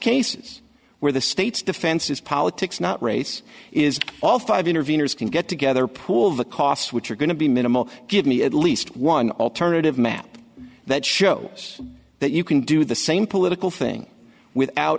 cases where the state's defenses politics not race is all five interveners can get together pool the costs which are going to be minimal give me at least one alternative map that shows that you can do the same political thing without